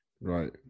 right